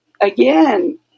Again